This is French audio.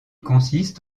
consiste